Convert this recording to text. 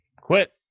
Quit